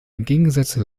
entgegengesetzte